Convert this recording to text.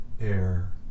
air